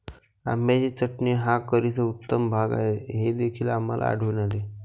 आंब्याची चटणी हा करीचा उत्तम भाग आहे हे देखील आम्हाला आढळून आले